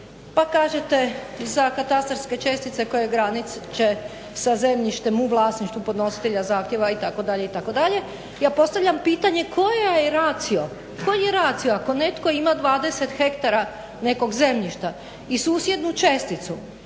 Pa kažete za katastarske čestice koje graniče sa zemljištem u vlasništvu podnositelja zahtjeva itd. itd. Ja postavljam pitanja koji je ratio ako netko ima 20 ha nekog zemljišta i susjednu česticu